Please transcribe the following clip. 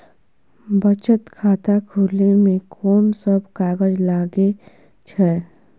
बचत खाता खुले मे कोन सब कागज लागे छै?